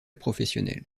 professionnelle